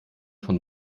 von